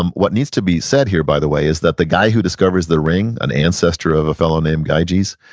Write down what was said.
um what needs to be said here, by the way, is that the guy who discovers the ring, an ancestor of a fellow named gyges,